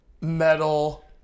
metal